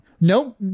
Nope